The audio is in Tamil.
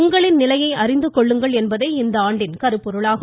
உங்களின் நிலையை அறிந்து கொள்ளுங்கள் என்பதே இந்த ஆண்டின் கருப்பொருளாகும்